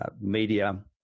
Media